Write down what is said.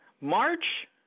March